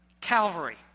Calvary